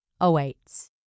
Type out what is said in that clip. awaits